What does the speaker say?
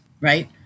right